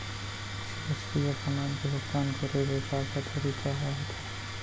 किसी वस्तु या समान के भुगतान करे के का का तरीका ह होथे?